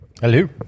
Hello